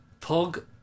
Pog